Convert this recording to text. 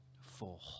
full